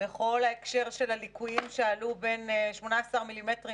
בכל ההקשר של הליקויים שעלו בין 18 מילימטרים